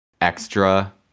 extra